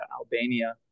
Albania